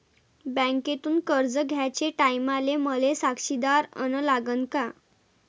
बँकेतून कर्ज घ्याचे टायमाले मले साक्षीदार अन लागन का?